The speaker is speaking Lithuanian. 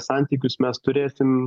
santykius mes turėsim nu